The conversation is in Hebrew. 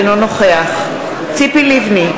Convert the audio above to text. אינו נוכח ציפי לבני,